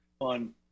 on